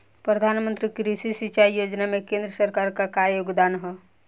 प्रधानमंत्री कृषि सिंचाई योजना में केंद्र सरकार क का योगदान ह?